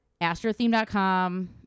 astrotheme.com